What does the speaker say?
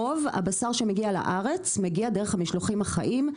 רוב הבשר שמגיע לארץ מגיע דרך המשלוחים החיים,